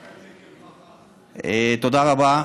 קח את זה כברכה, תודה רבה.